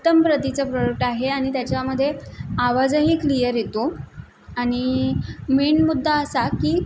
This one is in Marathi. उत्तम प्रतीचं प्रोडक्ट आहे आणि त्याच्यामध्ये आवाजही क्लियर येतो आणि मेन मुद्दा असा की